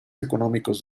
económicos